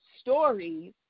stories